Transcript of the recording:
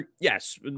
yes